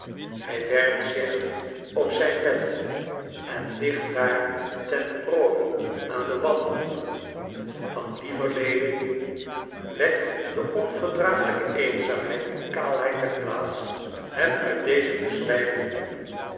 hij werpt zich op zijn bed en ligt daar ten prooi aan de wanhoop van lieverlede wekt de onverdraaglijke eenzaamheid en kaalheid der plaats hem uit deze bezwijming op